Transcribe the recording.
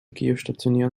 geostationären